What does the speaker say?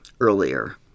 earlier